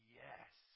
yes